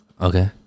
Okay